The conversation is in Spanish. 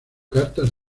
cartas